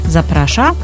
Zaprasza